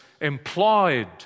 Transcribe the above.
employed